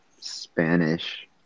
Spanish